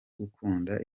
gukunda